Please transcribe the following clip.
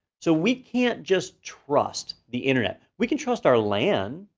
so we can't just trust the internet. we can trust our lan,